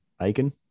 aiken